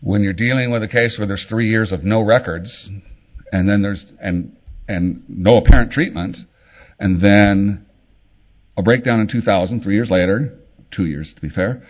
when you're dealing with a case where there's three years of no records and then there's and and no apparent treatment and then a breakdown in two thousand and three years later two years to be fair